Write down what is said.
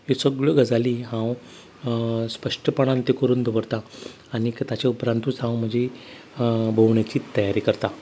हे सगळ्यो गजाली हांव स्पश्टपणान तें करून दवरता आनीक ताचें उपरांतूच हांव म्हजी भोंवणेची तयारी करता